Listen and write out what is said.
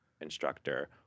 instructor